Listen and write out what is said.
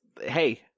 Hey